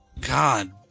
God